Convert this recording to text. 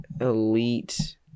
Elite